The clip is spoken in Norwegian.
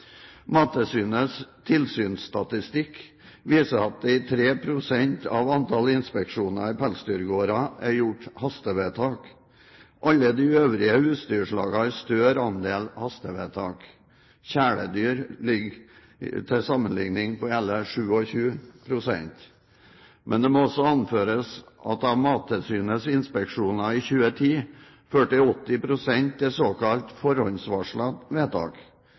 Mattilsynets tilsynsstatistikk viser at det i 3 pst. av antallet inspeksjoner i pelsdyrgårder er gjort hastevedtak. Alle de øvrige husdyrslagene har større andel hastevedtak. Kjæledyr ligger til sammenligning på hele 27 pst. Men det må også anføres at av Mattilsynets inspeksjoner i 2010 førte 80 pst. til såkalt forhåndsvarslede vedtak.